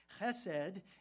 Chesed